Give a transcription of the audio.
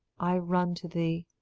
i run to thee, the,